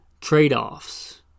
trade-offs